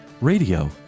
radio